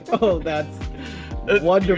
oh, that's wonderful.